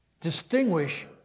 distinguish